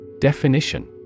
Definition